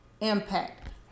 impact